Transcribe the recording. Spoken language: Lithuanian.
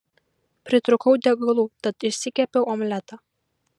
pritrūkau degalų tad išsikepiau omletą